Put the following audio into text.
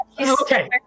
okay